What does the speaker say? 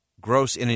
gross